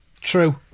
True